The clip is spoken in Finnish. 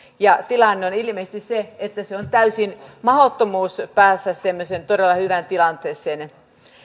tilanne on ilmeisesti se että se on täysin mahdottomuus päästä semmoiseen todella hyvään tilanteeseen